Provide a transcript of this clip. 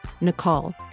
nicole